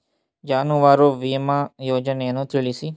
ಜಾನುವಾರು ವಿಮಾ ಯೋಜನೆಯನ್ನು ತಿಳಿಸಿ?